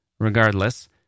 Regardless